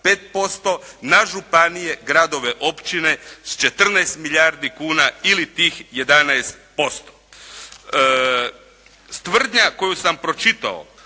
5%. Na županije, gradove, općine 14 milijardi kuna ili tih 11%. Tvrdnja koju sam pročitao